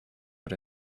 but